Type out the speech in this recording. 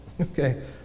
Okay